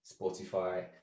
spotify